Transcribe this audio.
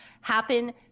happen